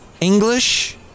English